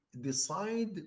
decide